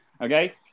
okay